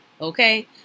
Okay